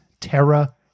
terra